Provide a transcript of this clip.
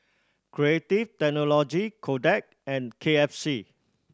Creative Technology Kodak and K F C